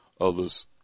others